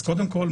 אז קודם כול,